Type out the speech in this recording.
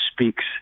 speaks